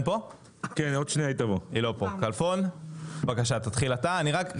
יום טוב, רק לפני שתתחיל,